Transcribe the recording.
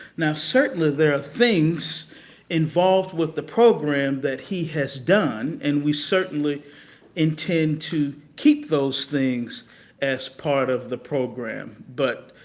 now certainly there are things involved with the program that he has done and we certainly intend to keep those things as part of the program, but,